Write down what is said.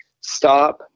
stop